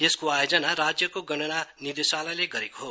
यसको आयोजना राज्यको जनगणना निर्देशालयले गरेको हो